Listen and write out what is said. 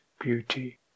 beauty